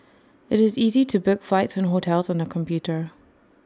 IT is easy to book flights and hotels on the computer